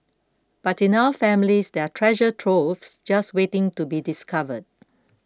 but in our families there are treasure troves just waiting to be discovered